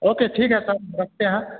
okay ठीक है sir रखते हैं